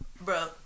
bro